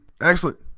Excellent